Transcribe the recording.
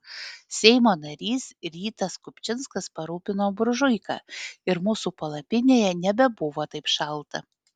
seimo narys rytas kupčinskas parūpino buržuiką ir mūsų palapinėje nebebuvo taip šalta